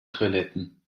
toiletten